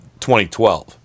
2012